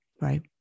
right